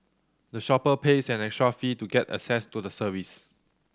the shopper pays an extra fee to get access to the service